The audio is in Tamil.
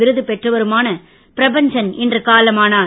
விருது பெற்றவருமான பிரபஞ்சன் இன்று காலமானார்